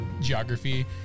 geography